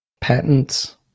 patents